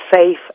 safe